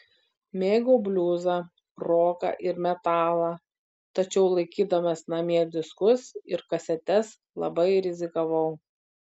mėgau bliuzą roką ir metalą tačiau laikydamas namie diskus ir kasetes labai rizikavau